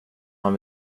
han